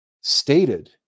stated